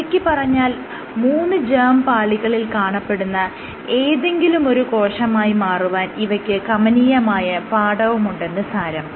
ചുരുക്കിപ്പറഞ്ഞാൽ മൂന്ന് ജേർമ് പാളികളിൽ കാണപ്പെടുന്ന ഏതെങ്കിലുമൊരു കോശമായി മാറുവാൻ ഇവയ്ക്ക് കമനീയമായ പാടവമുണ്ടെന്ന് സാരം